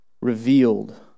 revealed